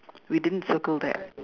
we didn't circle that